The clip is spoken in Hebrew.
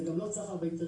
זה גם לא סחר בהיתרים,